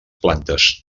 plantes